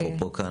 אפרופו כאן,